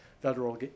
federal